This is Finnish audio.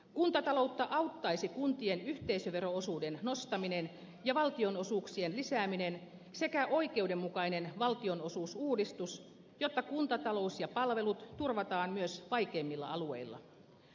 kuntataloutta auttaisi kuntien yhteisövero osuuden nostaminen ja valtionosuuksien lisääminen sekä oikeudenmukainen valtionosuusuudistus jotta kuntatalous ja palvelut turvataan myös vaikeimmilla alueilla